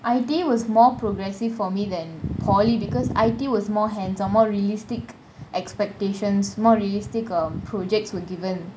I_T_E was more progressive for me than poly~ because I_T_E was more hands on more realistic expectations more realistic um projects were given